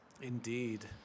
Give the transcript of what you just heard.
Indeed